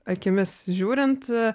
akimis žiūrint